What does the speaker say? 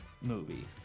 movie